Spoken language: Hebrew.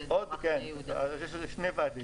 יש שני ועדים.